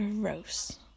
gross